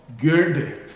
good